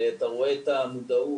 ואתה רואה את המודעות,